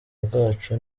bwacu